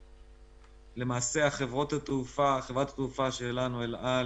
למעשה, חברת התעופה שלנו, אל על,